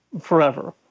forever